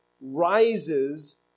rises